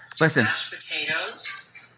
Listen